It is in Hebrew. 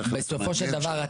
בסופו של דבר,